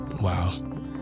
Wow